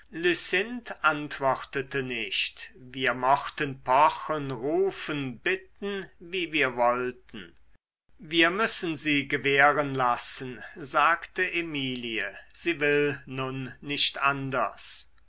antwortete nicht wir mochten pochen rufen bitten wie wir wollten wir müssen sie gewähren lassen sagte emilie sie will nun nicht anders